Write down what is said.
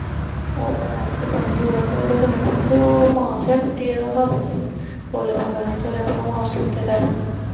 ओह् पैर ते बन्नी उड़ेया ते उदे कन्ने कुत्थे ओह् मास के टुट्टी गेदा हा ते ओल्ले पता निं चलेया की मास टुट्टे दा ऐ